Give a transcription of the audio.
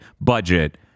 budget